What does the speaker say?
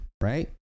right